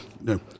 No